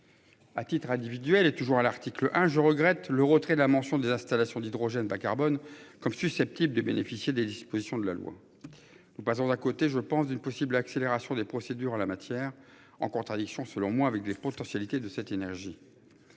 À titre individuel est toujours à l'article 1. Je regrette le retrait de la mention des installations d'hydrogène bas carbone comme susceptibles de bénéficier des dispositions de la loi. Nous passons d'un côté, je pense d'une possible accélération des procédures en la matière en contradiction selon moi avec des potentialités de cette énergie.